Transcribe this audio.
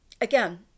Again